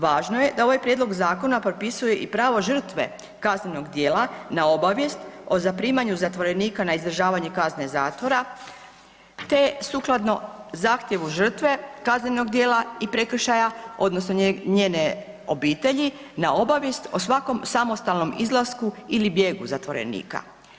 Važno je da ovaj prijedlog zakona propisuje i pravo žrtve kaznenog djela na obavijest o zaprimanju zatvorenika na izdržavanje kazne zatvora, te sukladno zahtjevu žrtve kaznenog djela i prekršaja, odnosno njene obitelji na obavijest o svakom samostalnom izlasku ili bijegu zatvorenika.